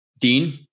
Dean